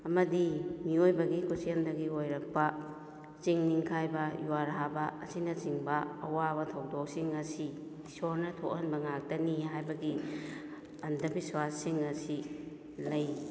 ꯑꯃꯗꯤ ꯃꯤꯑꯣꯏꯕꯒꯤ ꯈꯨꯠꯁꯦꯝꯗꯒꯤ ꯑꯣꯏꯔꯛꯄ ꯆꯤꯡ ꯅꯤꯡꯈꯥꯏꯕ ꯌꯨꯍꯥꯔ ꯍꯥꯕ ꯑꯁꯤꯅ ꯆꯤꯡꯕ ꯑꯋꯥꯕ ꯊꯧꯗꯣꯛꯁꯤꯡ ꯑꯁꯤ ꯏꯁꯣꯔꯅ ꯊꯣꯛꯍꯟꯕ ꯉꯥꯛꯇꯅꯤ ꯍꯥꯏꯕꯒꯤ ꯑꯟꯗꯕꯤꯁꯋꯥꯁꯁꯤꯡ ꯑꯁꯤ ꯂꯩ